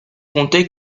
compter